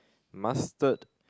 mustard